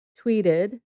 tweeted